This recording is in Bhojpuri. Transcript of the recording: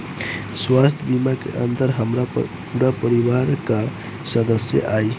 स्वास्थ्य बीमा के अंदर हमार पूरा परिवार का सदस्य आई?